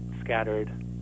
scattered